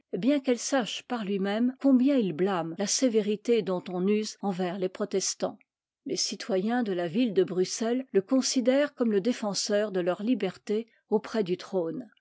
bien qu'elle sache par lui-même combien il blâme la sévérité dont on use envers les protestants les citoyens de la ville de bruxelles le considèrent comme le défenseur de leurs libertés auprès du trône